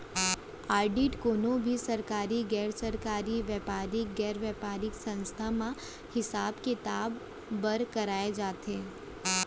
audit कोनो भी सरकारी, गैर सरकारी, बेपारिक, गैर बेपारिक संस्था म हिसाब किताब बर कराए जाथे